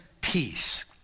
peace